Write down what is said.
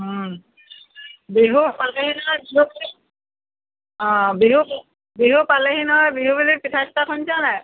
বিহু পালেহি নহয় অঁ বিহু বিহু পালেহি নহয় বিহু বুলি পিঠা চিঠা খুন্দিছা নাই